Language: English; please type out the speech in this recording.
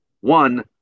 One